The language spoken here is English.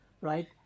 right